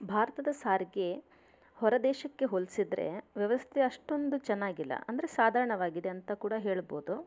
ಭಾರತದ ಸಾರಿಗೆ ಹೊರದೇಶಕ್ಕೆ ಹೋಲಿಸಿದ್ರೆ ವ್ಯವಸ್ಥೆ ಅಷ್ಟೊಂದು ಚೆನ್ನಾಗಿಲ್ಲ ಅಂದರೆ ಸಾಧಾರಣವಾಗಿದೆ ಅಂತ ಕೂಡ ಹೇಳ್ಬೋದು